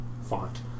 font